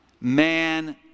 man